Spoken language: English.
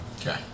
Okay